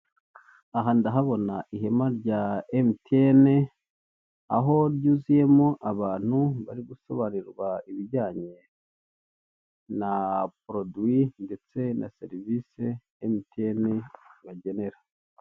Aha ndahabona ihema rya emutiyeni aho ryuzuyemo abantu bari gusobanurirwa ibijyanye na poroduwi ndetse na serivisi emutiyeni ibagenera.